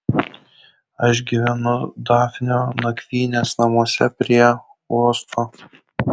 aš gyvenu dafnio nakvynės namuose prie uosto